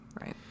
right